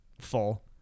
full